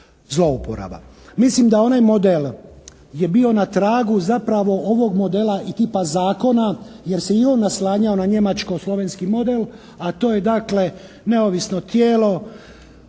Mislim da onaj model je bio na tragu zapravo ovog modela i tipa zakona, jer se i on naslanjao na njemačko-slovenski model, a to je dakle neovisno tijelo